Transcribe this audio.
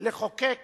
לחוקק